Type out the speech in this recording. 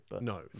No